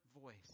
voice